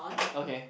okay